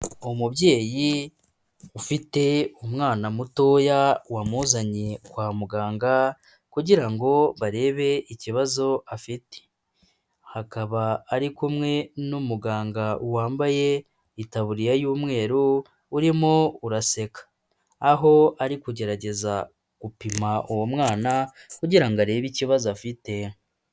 Umubyeyi ufite umwana mutoya wamuzanye kwa muganga kugira ngo barebe ikibazo afite. Hakaba ari kumwe n'umuganga wambaye itaburiya y'umweru urimo uraseka, aho ari kugerageza gupima uwo mwana kugira ngo arebe ikibazo afite.